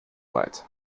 weit